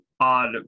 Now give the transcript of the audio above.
odd